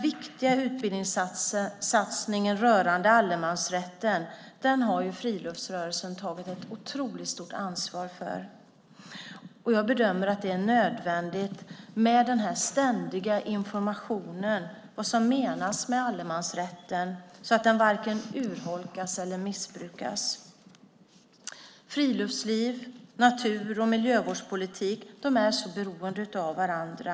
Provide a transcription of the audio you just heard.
Friluftsrörelsen har tagit ett otroligt stort ansvar för den viktiga utbildningssatsningen rörande allemansrätten. Jag bedömer att det är nödvändigt med den ständiga informationen om vad som menas med allemansrätten så att den varken urholkas eller missbrukas. Friluftsliv, natur och miljövårdspolitik är beroende av varandra.